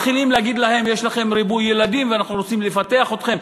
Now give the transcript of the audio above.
מתחילים להגיד להם: יש לכם ריבוי ילדים ואנחנו רוצים לפתח אתכם.